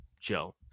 Joe